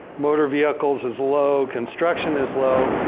motor vehicles is low. construction is low.